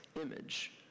image